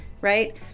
Right